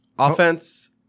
Offense